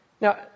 Now